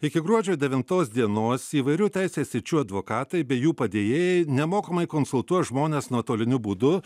iki gruodžio devintosos dienos įvairių teisės sričių advokatai bei jų padėjėjai nemokamai konsultuos žmones nuotoliniu būdu